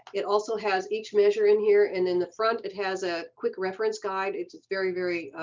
it also has each measure in here and in the front, it has a quick reference guide it's it's very, very